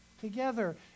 together